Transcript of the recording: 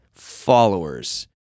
followers